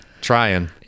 Trying